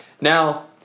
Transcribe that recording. Now